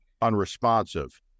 Unresponsive